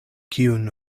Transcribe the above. kiun